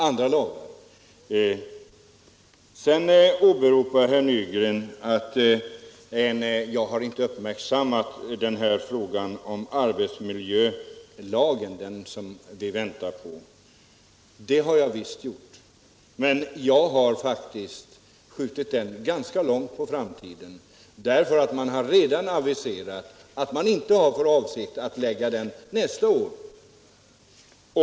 Herr Nygren tror inte att jag har uppmärksammat vad som kommer att ske när vi får den arbetsmiljölag som vi väntar på. Det har jag visst gjort men jag har faktiskt skjutit den lagen ganska långt på framtiden. Regeringen har ju redan aviserat att den inte tänker lägga fram något förslag nästa år.